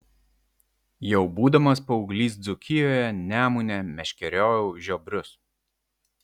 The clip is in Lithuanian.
jau būdamas paauglys dzūkijoje nemune meškeriojau žiobrius